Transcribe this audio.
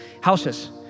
Houses